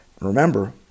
Remember